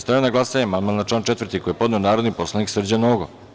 Stavljam na glasanje amandman na član 4. koji je podneo narodni poslanik Srđan Nogo.